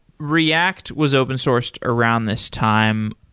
react was open sourced around this time.